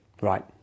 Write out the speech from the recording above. Right